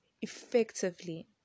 effectively